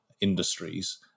industries